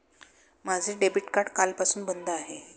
माझे debit card कालपासून बंद आहे